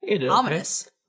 Ominous